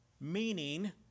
meaning